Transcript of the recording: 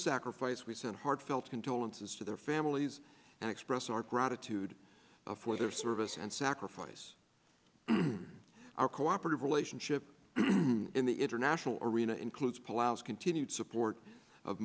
sacrifice we send heartfelt condolences to their families and express our gratitude for their service and sacrifice our cooperative relationship in the international arena includes palouse continued support of